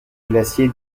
glacier